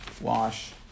wash